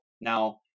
Now